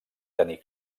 tenir